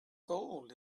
gold